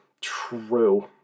True